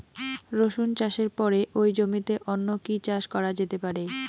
রসুন চাষের পরে ওই জমিতে অন্য কি চাষ করা যেতে পারে?